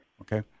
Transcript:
Okay